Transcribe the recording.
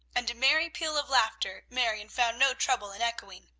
and a merry peal of laughter marion found no trouble in echoing.